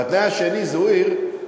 והתנאי השני, זוהיר,